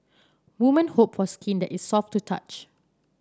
women hope for skin that is soft to touch